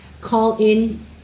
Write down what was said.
call-in